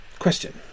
Question